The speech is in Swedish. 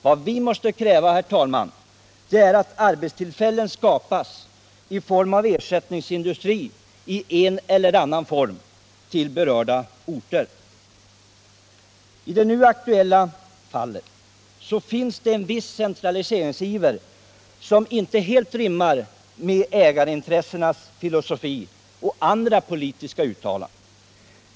Vad vi måste kräva, herr talman, det är att arbetstillfällen skapas i form av ersättningsindustri i en eller annan form till berörda orter. I de nu aktuella fallen finns det en viss centraliseringsiver som inte helt rimmar med ägarintressenas filosofi och andra politiska uttalanden.